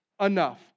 enough